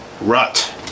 rut